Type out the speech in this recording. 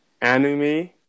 anime